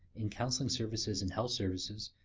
in counselling services and health services,